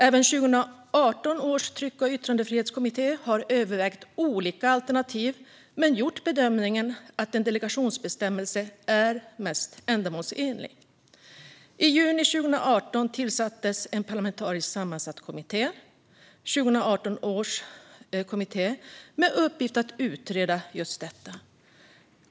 Även 2018 års tryck och yttrandefrihetskommitté har övervägt olika alternativ men gjort bedömningen att en delegationsbestämmelse är mest ändamålsenlig. I juni 2018 tillsattes en parlamentariskt sammansatt kommitté med uppgift att utreda detta.